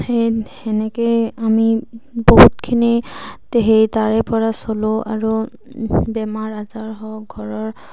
সেই তেনেকৈয়ে আমি বহুতখিনি হেৰি তাৰে পৰা চলোঁ আৰু বেমাৰ আজাৰ হওক ঘৰৰ